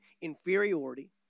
inferiority